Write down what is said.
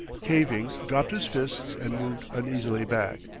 caving, dropped his fists and moved uneasily back.